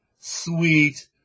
sweet